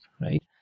right